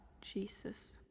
Jesus